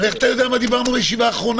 אבל איך אתה יודע על מה דיברנו בישיבה האחרונה?